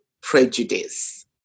prejudice